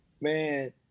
man